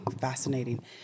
Fascinating